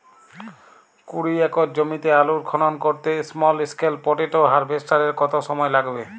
কুড়ি একর জমিতে আলুর খনন করতে স্মল স্কেল পটেটো হারভেস্টারের কত সময় লাগবে?